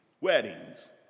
weddings